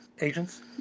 agents